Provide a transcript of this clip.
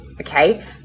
Okay